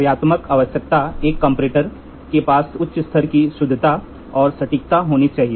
कार्यात्मक आवश्यकता एक कंपैरेटर के पास उच्च स्तर की शुद्धता और सटीकता होनी चाहिए